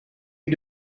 you